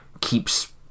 keeps